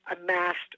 amassed